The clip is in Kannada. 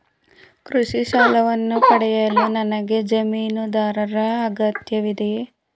ಕೃಷಿ ಸಾಲವನ್ನು ಪಡೆಯಲು ನನಗೆ ಜಮೀನುದಾರರ ಅಗತ್ಯವಿದೆಯೇ?